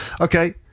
Okay